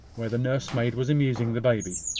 where the nursemaid was amusing the baby.